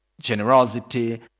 generosity